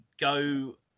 go